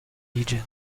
region